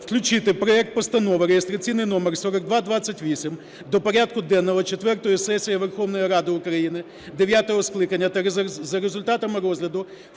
включити проект Постанови реєстраційний номер 4228 до порядку денного четвертої сесії Верховної Ради України дев'ятого скликання та за результатами розгляду